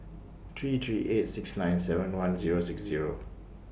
three three eight six nine seven one Zero six Zero